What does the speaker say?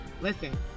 Listen